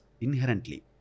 inherently